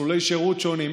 מסלולי שירות שונים.